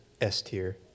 S-tier